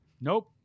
Nope